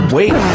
Wait